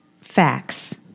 facts